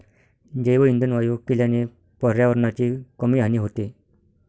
जैवइंधन वायू केल्याने पर्यावरणाची कमी हानी होते